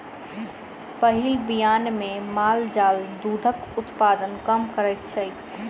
पहिल बियान मे माल जाल दूधक उत्पादन कम करैत छै